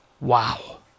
Wow